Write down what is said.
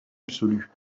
absolue